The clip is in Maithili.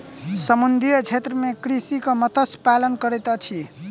समुद्रीय क्षेत्र में कृषक मत्स्य पालन करैत अछि